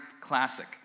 classic